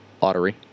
Lottery